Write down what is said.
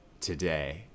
today